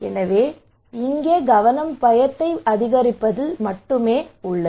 எனவே இங்கே கவனம் பயத்தை அதிகரிப்பதில் மட்டுமே உள்ளது